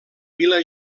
vila